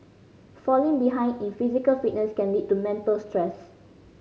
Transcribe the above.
falling behind in physical fitness can lead to mental stress